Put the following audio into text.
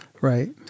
Right